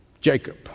Jacob